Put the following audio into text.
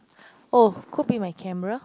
oh could be my camera